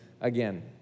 again